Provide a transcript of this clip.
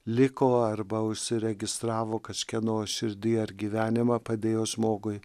liko arba užsiregistravo kažkieno širdy ar gyvenimą padėjo žmogui